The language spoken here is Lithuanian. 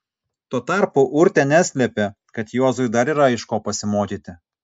tuo tarpu urtė neslėpė kad juozui dar yra iš ko pasimokyti